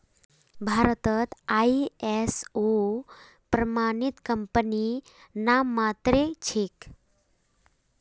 भारतत आई.एस.ओ प्रमाणित कंपनी नाममात्रेर छेक